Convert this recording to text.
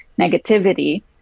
negativity